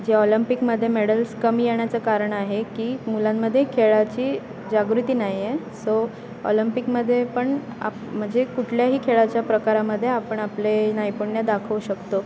जे ऑलम्पिकमध्ये मेडल्स कमी येण्याचं कारण आहे की मुलांमध्ये खेळाची जागृती नाही आहे सो ऑलम्पिकमध्ये पण आप म्हणजे कुठल्याही खेळाच्या प्रकारामध्ये आपण आपले नैपुण्य दाखवू शकतो